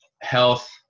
health